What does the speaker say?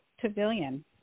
pavilion